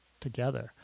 together